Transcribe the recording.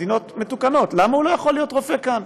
מדינות מתוקנות, למה הוא לא יכול להיות רופא כאן?